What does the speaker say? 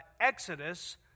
exodus